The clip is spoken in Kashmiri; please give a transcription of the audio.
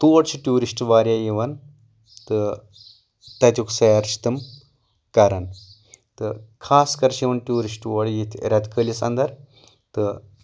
تور چھِ ٹیوٗرِسٹ واریاہ یِوان تہٕ تَتیُک سیر چھِ تِم کران تہٕ خاص کر چھِ یِوان ٹوٗرِسٹ اور ییٚتہِ رٮ۪تہٕ کٲلِس اَنٛدر تہٕ